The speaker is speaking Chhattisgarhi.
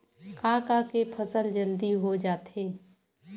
का का के फसल जल्दी हो जाथे?